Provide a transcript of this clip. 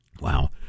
Wow